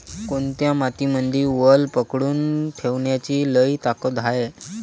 कोनत्या मातीमंदी वल पकडून ठेवण्याची लई ताकद हाये?